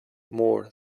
more